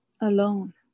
alone